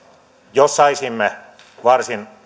jos saisimme varsin